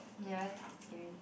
ya that's quite scary